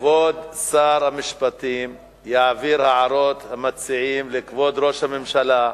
כבוד שר המשפטים יעביר את הערות המציעים לכבוד ראש הממשלה.